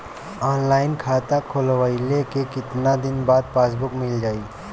Online खाता खोलवईले के कितना दिन बाद पासबुक मील जाई?